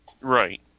Right